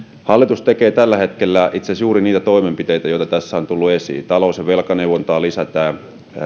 hallitus tekee tällä hetkellä itse asiassa juuri niitä toimenpiteitä joita tässä on tullut esiin talous ja velkaneuvontaa lisätään